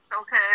okay